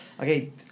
Okay